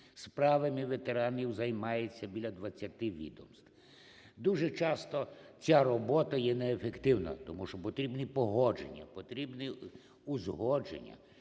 Справами ветеранів займається біля 20 відомств. Дуже часто ця робота є неефективна, тому що потрібні погодження, потрібні узгодження,